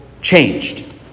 changed